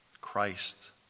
Christ